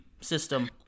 system